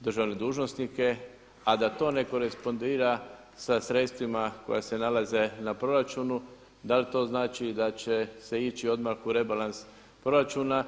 državne dužnosnike a da to ne korespondira sa sredstvima koja se nalaze na proračunu, da li to znači da će se ići odmah u rebalans proračuna.